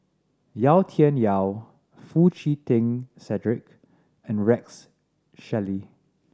Yau Tian Yau Foo Chee Keng Cedric and Rex Shelley